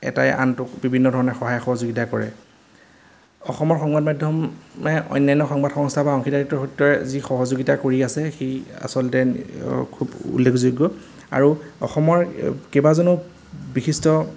এটাই আনটোক বিভিন্ন ধৰণে সহায় সহযোগিতা কৰে অসমৰ সংবাদ মাধ্যম এ অন্যান্য সংবাদ সংস্থা বা অংশীদাৰিত্বৰ সূত্ৰে যি সহযোগিতা কৰি আছে সেই আচলতে খুব উল্লেখযোগ্য আৰু অসমৰ কেইবাজনো বিশিষ্ট